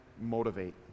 motivate